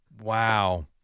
Wow